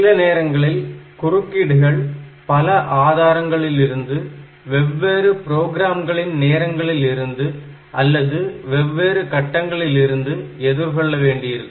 சில நேரங்களில் குறுக்கீடுகள் பல ஆதாரங்களிலிருந்து வெவ்வேறு புரோகிராம்களின் நேரங்களில் இருந்து அல்லது வெவ்வேறு கட்டங்களில் இருந்து எதிர்கொள்ள வேண்டியிருக்கும்